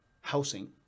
housing